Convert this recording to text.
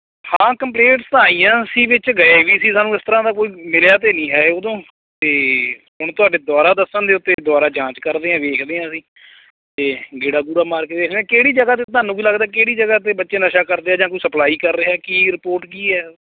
ਹਾਂ ਕੰਪਲੇਂਟਸ ਤਾਂ ਆਈਆਂ ਸੀ ਵਿੱਚ ਗਏ ਵੀ ਸੀ ਸਾਨੂੰ ਇਸ ਤਰ੍ਹਾਂ ਦਾ ਕੋਈ ਮਿਲਿਆ ਤਾਂ ਨਹੀਂ ਹੈ ਉਦੋਂ ਅਤੇ ਹੁਣ ਤੁਹਾਡੇ ਦੁਆਰਾ ਦੱਸਣ ਦੇ ਉੱਤੇ ਦੁਆਰਾ ਜਾਂਚ ਕਰਦੇ ਹਾਂ ਵੇਖਦੇ ਹਾਂ ਅਸੀਂ ਅਤੇ ਗੇੜਾ ਗੂੜਾ ਮਾਰ ਕੇ ਵੇਖਦੇ ਹਾਂ ਕਿਹੜੀ ਜਗ੍ਹਾ 'ਤੇ ਤੁਹਾਨੂੰ ਕੀ ਲੱਗਦਾ ਕਿਹੜੀ ਜਗ੍ਹਾ 'ਤੇ ਬੱਚੇ ਨਸ਼ਾ ਕਰਦੇ ਆ ਜਾਂ ਕੋਈ ਸਪਲਾਈ ਕਰ ਰਿਹਾ ਕੀ ਰਿਪੋਰਟ ਕੀ ਹੈ